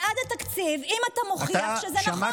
בעד התקציב, אם אתה מוכיח שזה נכון.